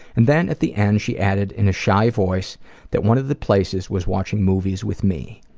and then at the end she added in a shy voice that one of the places was watching movies with me.